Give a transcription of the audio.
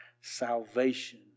salvation